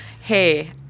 hey